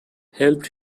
helped